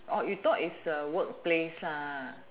you thought is a workplace